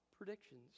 predictions